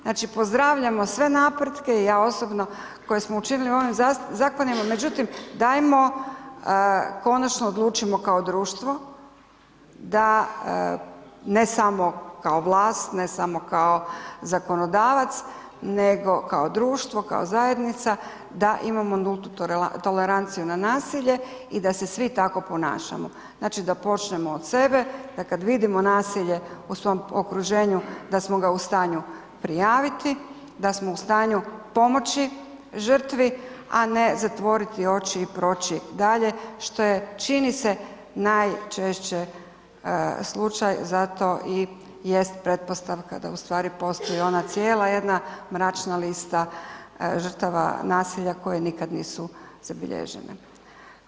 Znači pozdravljamo sve napretke i ja osobno koje smo učinili u ovim zakonima, međutim dajmo konačno odlučimo kao društvo da, ne samo kao vlast, ne samo kao zakonodavac, nego kao društvo, kao zajednica, da imamo nultu toleranciju na nasilje i da se svi tako ponašamo, znači da počnemo od sebe, da kad vidimo nasilje u svom okruženju da smo ga u stanju prijaviti, da smo u stanju pomoći žrtvi, a ne zatvoriti oči i proći dalje što je čini se najčešće slučaj, zato i jest pretpostavka da u stvari postoji ona cijela jedna mračna lista žrtava nasilja koje nikad nisu zabilježene.